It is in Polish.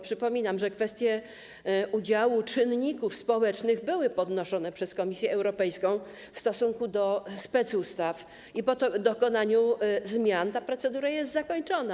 Przypominam, że kwestie udziału czynników społecznych były podnoszone przez Komisję Europejską w stosunku do specustaw i po dokonaniu zmian ta procedura jest zakończona.